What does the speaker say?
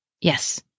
Yes